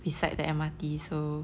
beside the M_R_T so